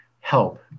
help